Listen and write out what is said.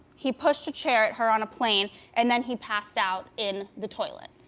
he pushed a chair at her on a plane and then he passed out in the toilet.